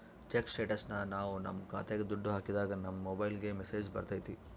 check ಸ್ಟೇಟಸ್ನ ನಾವ್ ನಮ್ ಖಾತೆಗೆ ದುಡ್ಡು ಹಾಕಿದಾಗ ನಮ್ ಮೊಬೈಲ್ಗೆ ಮೆಸ್ಸೇಜ್ ಬರ್ತೈತಿ